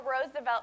Roosevelt